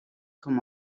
com